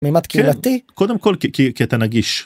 מימד קהילתי, קודם כל כי אתה נגיש.